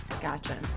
Gotcha